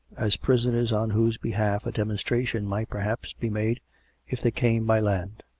as prisoners on whose behalf a demonstration might perhaps be made if they came by land.